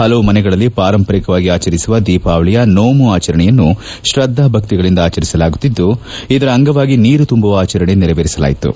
ಹಲವು ಮನೆತನಗಳಲ್ಲಿ ಪಾರಂಪರಿಕವಾಗಿ ಆಚರಿಸುವ ದೀಪಾವಳಿಯ ನೋಮು ಆಚರಣೆಯನ್ನು ಶ್ರದ್ದಾ ಭಕ್ತಿಗಳಿಂದ ಆಚರಿಸಲಾಗುತ್ತಿದ್ದು ಇದರ ಅಂಗವಾಗಿ ನೀರು ತುಂಬುವ ಆಚರಣೆ ನೆರವೇರಿಸಲಾಯಿತು